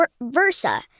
versa